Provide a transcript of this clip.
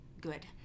good